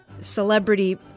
celebrity